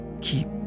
keep